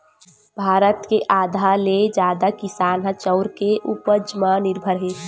भारत के आधा ले जादा किसान ह चाँउर के उपज म निरभर हे